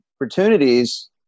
opportunities